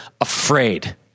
afraid